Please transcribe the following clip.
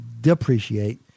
depreciate